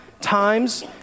times